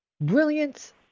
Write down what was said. brilliant